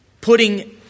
putting